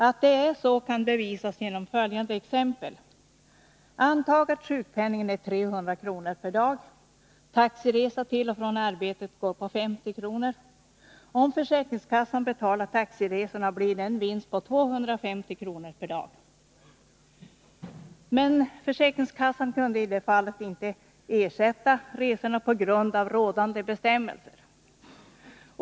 Att det är så kan bevisas genom följande exempel. Antag att sjukpenningen är 300 kr. per dag. Taxiresa till och från arbetet går på 50 kr. per dag. Om försäkringskassan betalar taxiresorna, blir det en vinst på 250 kr. per dag. Men försäkringskassan kunde i det fallet inte ersätta resorna på grund av rådande bestämmelser.